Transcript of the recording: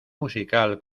musical